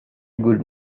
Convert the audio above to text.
good